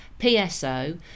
PSO